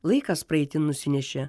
laikas praeitin nusinešė